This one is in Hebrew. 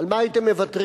על מה הייתם מוותרים,